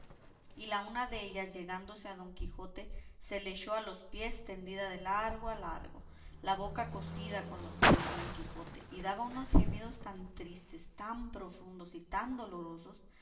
y la una dellas llegándose a don quijote se le echó a los pies tendida de largo a largo la boca cosida con los pies de don quijote y daba unos gemidos tan tristes tan profundos y tan dolorosos